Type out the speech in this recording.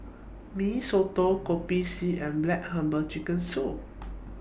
Mee Soto Kopi C and Black Herbal Chicken Soup